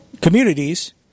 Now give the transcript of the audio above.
communities